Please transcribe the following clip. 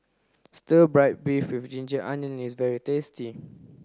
stir fry beef with ginger onions is very tasty